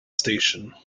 station